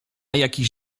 jakiś